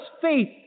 faith